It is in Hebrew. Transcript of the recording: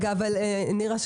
נירה,